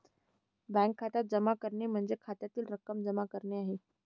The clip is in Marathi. बँक खात्यात जमा करणे म्हणजे खात्यातील रक्कम जमा करणे आहे